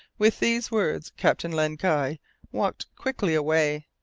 with these words captain len guy walked quickly away,